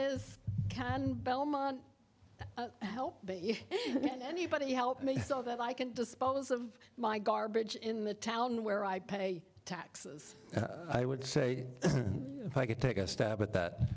is can belmont help you can anybody help me so that i can dispose of my garbage in the town where i pay taxes i would say if i could take a stab at that